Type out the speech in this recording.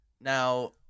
Now –